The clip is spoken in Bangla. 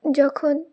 যখন